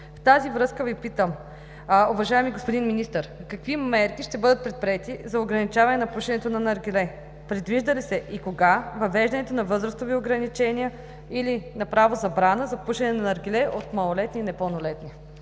В тази връзка Ви питам: уважаеми господин Министър, какви мерки ще бъдат предприети за ограничаване на пушенето на наргиле? Предвижда ли се и кога въвеждането на възрастови ограничения или направо забрана за пушене на наргиле от малолетни и непълнолетни?